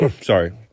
Sorry